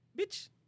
Bitch